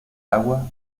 agua